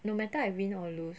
no matter I win or lose